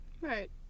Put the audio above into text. right